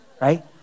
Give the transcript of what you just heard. right